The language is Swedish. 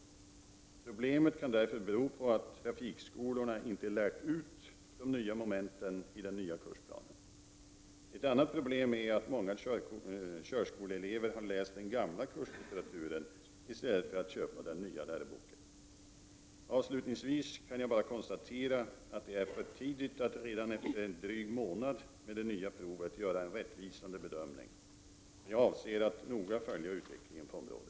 Problemet kan därför bero på att trafikskolorna inte lärt ut de nya momenten i den nya kursplanen. Ett annat problem är att många körskoleelever har läst den gamla kurslitteraturen i stället för att köpa den nya läroboken. Avslutningsvis kan jag bara konstatera att det är för tidigt att redan efter en dryg månad med det nya provet göra en rättvisande bedömning. Jag avser att noga följa utvecklingen på området.